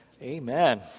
Amen